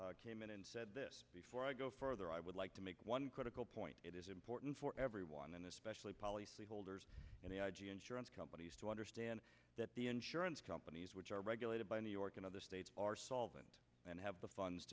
department came in and said this before i go further i would like to make one critical point it is important for everyone and especially policyholders and the insurance companies to understand that the insurance companies which are regulated by new york and other states are solvent and have the funds